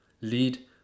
lead